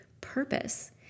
purpose